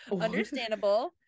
understandable